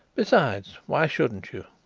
besides, why shouldn't you?